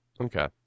Okay